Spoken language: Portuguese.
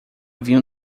vinho